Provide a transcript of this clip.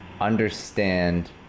understand